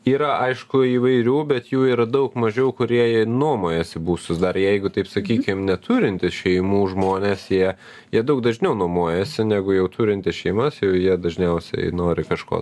yra aišku įvairių bet jų yra daug mažiau kurie nuomojasi būstus dar jeigu taip sakykim neturintys šeimų žmonės jie jie daug dažniau nuomojasi negu jau turintys šeimas ir jie dažniausiai nori kažko